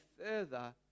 further